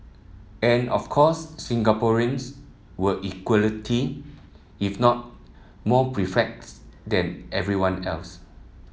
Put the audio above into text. and of course Singaporeans were equality if not more perplexed than everyone else